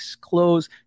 clothes